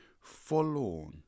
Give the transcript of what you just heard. forlorn